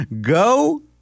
Go